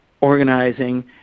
organizing